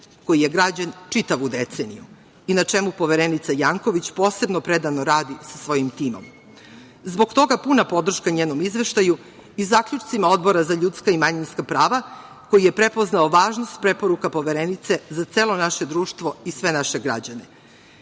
koji je građen čitavu deceniju i na čemu Poverenica Janković posebno predano radi sa svojim timom. Zbog toga, puna podrška njenom izveštaju i zaključcima Odbora za ljudska i manjinska prava koji je prepoznao važnost preporuka Poverenice za celo naše društvo i sve naše građane. Takođe,